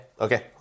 Okay